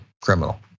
criminal